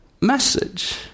message